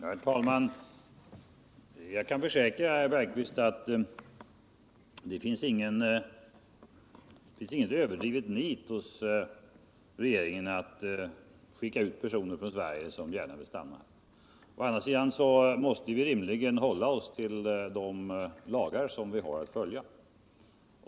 Herr talman! Jag kan försäkra herr Bergqvist att det inte finns något överdrivet nit hos regeringen att skicka ut personer från Sverige, om de gärna vill stanna här. Men å andra sidan måste vi rimligen hålla oss till de lagar som vi har att följa.